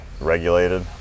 regulated